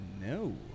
no